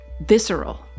visceral